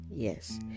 Yes